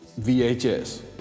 VHS